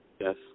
Yes